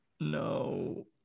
No